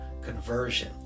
conversion